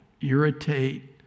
irritate